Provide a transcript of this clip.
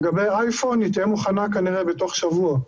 לגבי אייפון היא תהיה מוכנה, כנראה, בתוך שבוע.